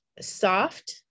soft